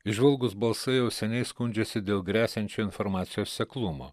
įžvalgūs balsai jau seniai skundžiasi dėl gresiančio informacijos seklumo